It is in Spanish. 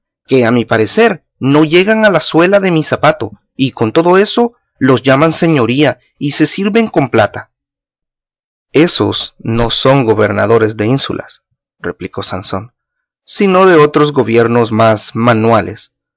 que a mi parecer no llegan a la suela de mi zapato y con todo eso los llaman señoría y se sirven con plata ésos no son gobernadores de ínsulas replicó sansón sino de otros gobiernos más manuales